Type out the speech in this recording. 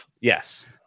yes